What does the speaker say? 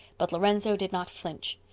but lorenzo did not flinch.